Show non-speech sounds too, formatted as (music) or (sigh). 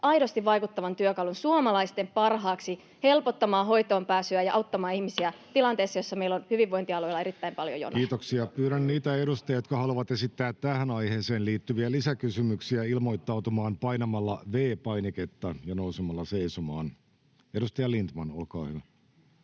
aidosti vaikuttavan työkalun suomalaisten parhaaksi, helpottamaan hoitoonpääsyä ja auttamaan ihmisiä tilanteessa, (noise) jossa meillä on hyvinvointialueilla erittäin paljon jonoja. [Mauri Peltokangas: Loistava vastaus!] Kiitoksia. — Pyydän niitä edustajia, jotka haluavat esittää tähän aiheeseen liittyviä lisäkysymyksiä, ilmoittautumaan painamalla V-painiketta ja nousemalla seisomaan. — Edustaja Lindtman, olkaa hyvä.